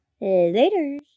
Later